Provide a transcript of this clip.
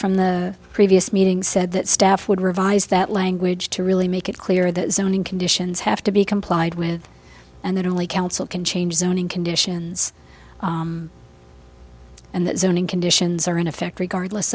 from the previous meeting said that staff would revise that language to really make it clear that zoning conditions have to be complied with and that only council can change zoning conditions and that zoning conditions are